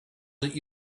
that